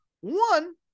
One